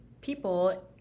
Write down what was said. people